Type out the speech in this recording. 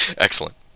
Excellent